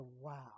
wow